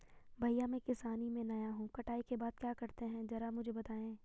भैया मैं किसानी में नया हूं कटाई के बाद क्या करते हैं जरा मुझे बताएं?